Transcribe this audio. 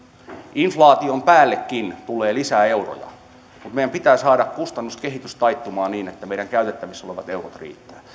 inflaation päällekin tulee lisäeuroja mutta meidän pitää saada kustannuskehitys taittumaan niin että meidän käytettävissämme olevat eurot riittävät